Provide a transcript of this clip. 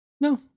No